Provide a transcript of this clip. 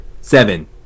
Seven